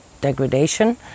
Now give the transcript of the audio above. degradation